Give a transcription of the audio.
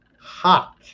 hot